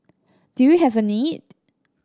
do you have a need